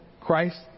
Christ